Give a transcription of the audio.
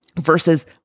versus